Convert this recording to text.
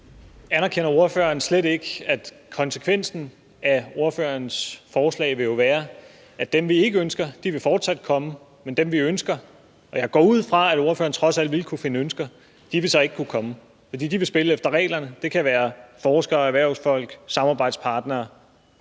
(S): Anerkender ordføreren slet ikke, at konsekvensen af ordførerens forslag jo vil være, at dem, vi ikke ønsker, fortsat vil komme, og dem, vi ønsker – og jeg går ud fra, at ordføreren trods alt vil kunne finde nogen, han ønsker – så ikke vil kunne komme? For de vil spille efter reglerne. Det kan være forskere, erhvervsfolk, samarbejdspartnere,